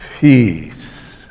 Peace